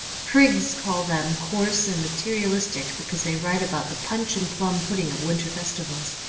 prigs call them coarse and materialistic because they write about the punch and plum pudding of winter festivals.